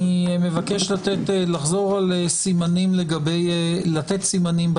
אני מבקש לתת סימנים בהמשך.